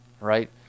right